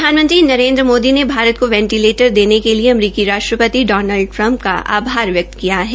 प्रधानमंत्री नरेन्द्र मोदी ने भारत को वेंटिलेटर देने के लिए अमरीकी राष्ट्रपति डॉनल्ड ट्रंप का आभार व्यक्त किया है